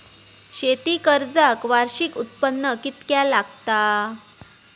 शेती कर्जाक वार्षिक उत्पन्न कितक्या लागता?